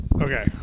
Okay